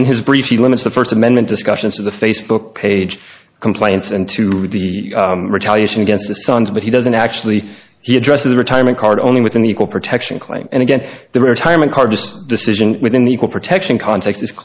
n his brief he limits the first amendment discussions of the facebook page compliance and to the retaliation against the suns but he doesn't actually he addresses a retirement card only with an equal protection claim and again the retirement card just decision within the equal protection context is